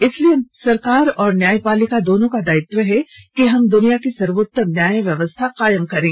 इसलिए सरकार और न्यायपालिका दोनों का दायित्व है कि हम दुनिया की सर्वोत्तम न्याय व्यवस्था कायम करें